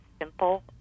simple